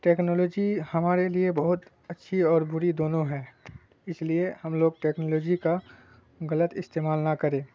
technology ہمارے لیے بہت اچھی اور بری دونوں ہے اس لیے ہم لوگ ٹیکنالوجی کا غلط استعمال نہ کرے